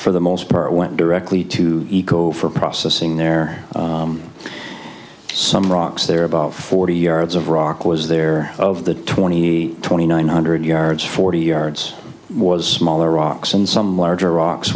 for the most part went directly to eco for processing there are some rocks there about forty yards of rock was there of the twenty twenty nine hundred yards forty yards was smaller rocks and some larger rocks